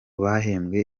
bahembwe